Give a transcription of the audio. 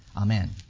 amen